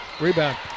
Rebound